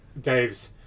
Dave's